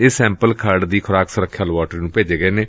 ਇਹ ਸੈਂਪਲ ਖਰਤ ਦੀ ਖੁਰਾਕ ਸੁਰੱਖਿਆ ਲੇਬਾਰਟਰੀ ਨੂੰ ਭੇਜੇ ਗਏ ਨੇ